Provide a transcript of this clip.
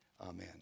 Amen